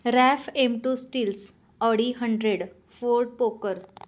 raff M two steels Audi hundred ford poker